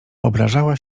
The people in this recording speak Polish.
obrażała